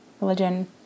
Religion